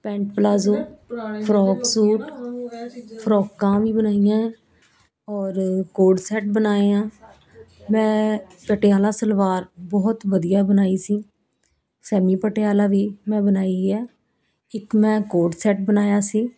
pant palazzo frock suit ਫਰੋਕਾਂ ਵੀ ਬਣਾਈਆਂ ਔਰ ਕੋਟ ਸੈਟ ਬਣਾਏ ਆ ਮੈਂ ਪਟਿਆਲਾ ਸਲਵਾਰ ਬਹੁਤ ਵਧੀਆ ਬਣਾਈ ਸੀ ਸੈਮੀ ਪਟਿਆਲਾ ਵੀ ਮੈਂ ਬਣਾਈ ਹੈ ਇੱਕ ਮੈਂ ਕੋਟ ਸੈਟ ਬਣਾਇਆ ਸੀ